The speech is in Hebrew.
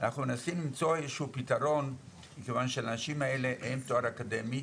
אנחנו מנסים למצוא איזשהו פתרון מכיוון שלאנשים האלו אין תואר אקדמי,